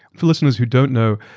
for listeners who don't know,